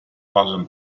posen